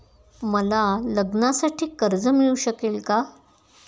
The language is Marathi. मला लग्नासाठी कर्ज मिळू शकेल का?